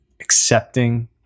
accepting